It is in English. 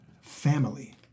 Family